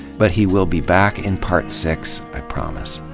but he will be back in part six, i promise.